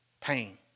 pain